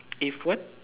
if what